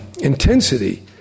intensity